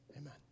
Amen